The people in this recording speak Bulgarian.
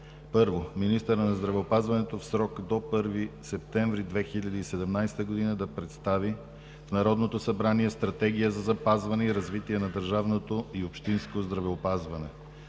1. Министърът на здравеопазването в срок до 1 септември 2017 г. да представи в Народното събрание Стратегия за запазване и развитие на държавното и общинско здравеопазване.